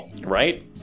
Right